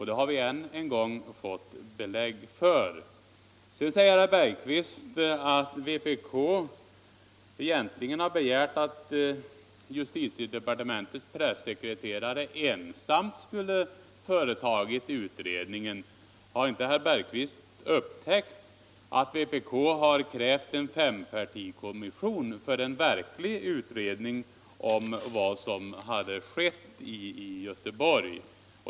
Det har vi än en gång fått belägg på. Sedan säger herr Bergqvist att vpk egentligen har begärt att justitiedepartementets pressekreterare ensam skulle företa utredningen. Har inte herr Bergqvist upptäckt att vpk krävt en fempartikommission för en verklig utredning av vad som skett i Göteborg?